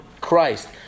Christ